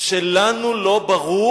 שלנו לא ברור